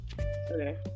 okay